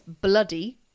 bloody